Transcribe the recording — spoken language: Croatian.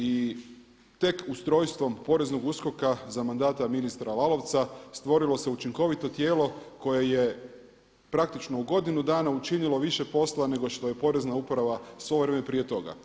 I tek ustrojstvom poreznog USKOK-a za mandata ministra Lalovca stvorilo se učinkovito tijelo koje je praktično u godinu dana učinilo više posla, nego što je Porezna uprava sve vrijeme prije toga.